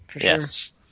Yes